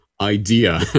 idea